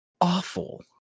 awful